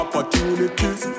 Opportunities